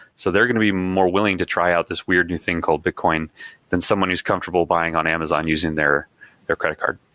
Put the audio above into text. so they're going to be more willing to try out this weird new thing called bitcoin than someone who's comfortable buying on amazon using their credit card.